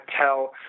tell